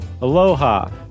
Aloha